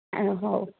ହଉ